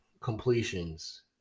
completions